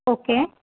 okay